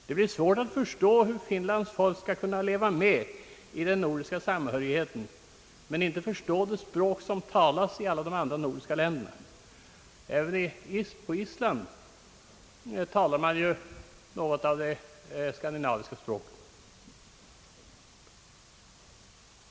Det blir svårt att förstå hur Finlands folk skall kunna leva med i den nordiska samhörigheten utan att förstå de språk som talas i alla de andra nordiska länderna. Även på Island talar man något av de skandinaviska språken.